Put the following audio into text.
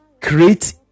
create